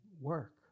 work